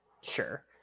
Sure